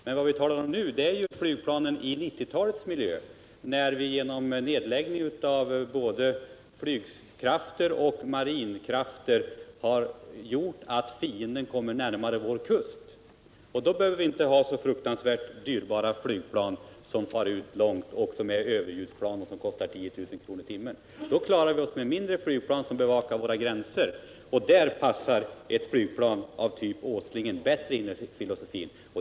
Men vad vi nu talar om är flygplanen i 1990-talets miljö, sedan vi genom nedläggning av både flygkrafter och marina krafter har skapat ett läge där fienden kommer närmare vår kust. Då behöver vi inte ha så oerhört dyrbara överljudsplan, som kostar 10 000 kr. i timmen och som kan möta fienden långt utanför gränserna. Då klarar vi oss med mindre flygplan, med vilka vi kan bevaka våra gränser, och ett flygplan av typ Åslingen passar bättre in i den filosofin.